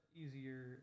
easier